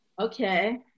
okay